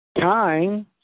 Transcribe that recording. time